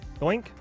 doink